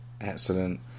Excellent